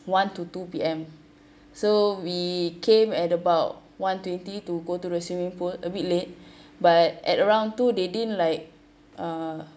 one to two P_M so we came at about one twenty to go to the swimming pool a bit late but at around two they didn't like uh